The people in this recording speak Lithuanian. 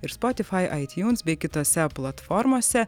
ir spotify itunes bei kitose platformose